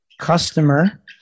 customer